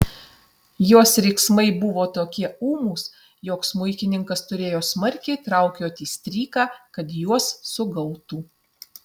jos riksmai buvo tokie ūmūs jog smuikininkas turėjo smarkiai traukioti stryką kad juos sugautų